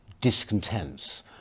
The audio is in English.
Discontents